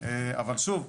אבל שוב,